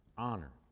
honor.